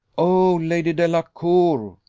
oh, lady delacour!